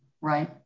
Right